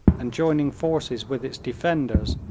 and joining forces with its defenders,